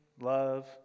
love